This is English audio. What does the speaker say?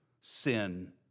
sin